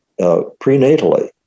prenatally